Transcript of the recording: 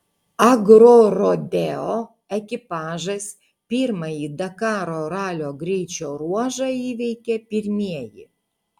agrorodeo ekipažas pirmąjį dakaro ralio greičio ruožą įveikė pirmieji